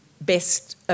best